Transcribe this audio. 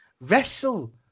wrestle